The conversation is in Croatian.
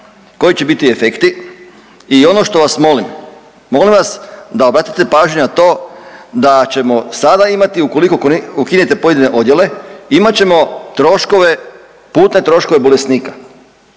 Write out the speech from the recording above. koji će biti efekti. I ono što vas molim, molim vas da obratite pažnju na to da ćemo sada imati ukoliko ukinete pojedine odjele imat ćemo troškove, putne troškove bolesnika.